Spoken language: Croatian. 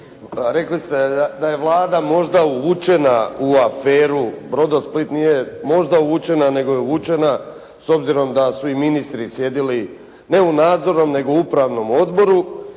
Rekli ste da je Vlada možda uvučena u aferu "Brodosplit". Nije možda uvučena nego je uvučena s obzirom da su i ministri sjedili ne u nadzornom nego u upravnom odboru,